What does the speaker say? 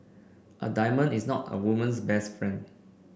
a diamond is not a woman's best friend